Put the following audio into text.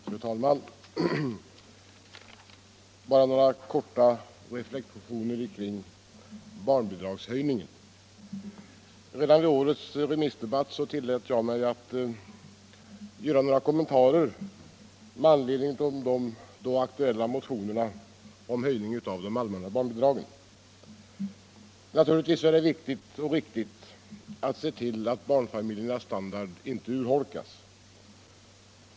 Fru talman! Bara några korta reflexioner kring frågan om barnbidragshöjningen. Redan vid årets remissdebatt tillät jag mig att göra några kommentarer med anledning av de då aktuella motionerna om en höjning av de allmänna barnbidragen. Naturligtvis är det viktigt och riktigt att se till att barnfamiljernas standard inte urholkas.